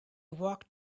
walked